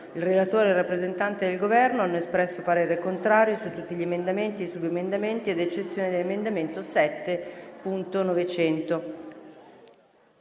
Il relatore e il rappresentante del Governo hanno espresso parere contrario su tutti gli emendamenti e i subemendamenti, ad eccezione dell'emendamento 7.900.